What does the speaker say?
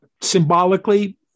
symbolically